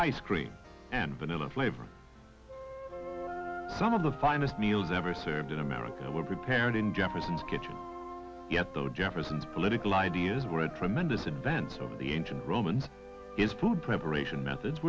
ice cream and vanilla flavor some of the finest meals ever served in america were prepared in jefferson's kitchen yet though jefferson's political ideas were a tremendous advance of the injured roman his food preparation methods